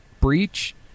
breach